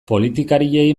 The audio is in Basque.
politikariei